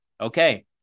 okay